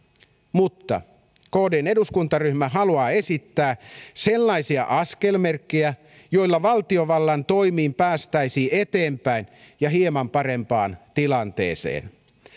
mutta kdn eduskuntaryhmä haluaa esittää sellaisia askelmerkkejä joilla valtiovallan toimin päästäisiin eteenpäin ja hieman parempaan tilanteeseen